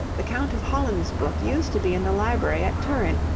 the count of holland's book used to be in the library at turin,